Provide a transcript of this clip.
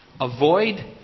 Avoid